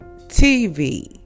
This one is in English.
TV